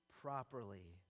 properly